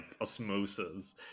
osmosis